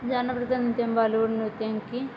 జానపద నృత్యం వాళ్ళు నృత్యానికి